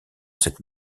cette